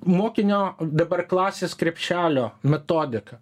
mokinio dabar klasės krepšelio metodika